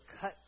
cut